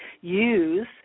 use